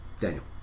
Daniel